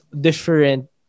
different